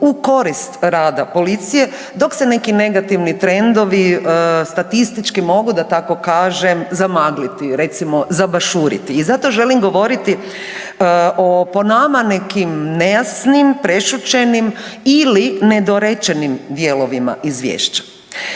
u korist rada policije dok se negativni trendovi statistički mogu da tako kažem, zamagliti, recimo, zabaršuriti i zato želim govoriti o po nama nekim nejasnim, prešućenim ili nedorečenim dijelovima izvješća.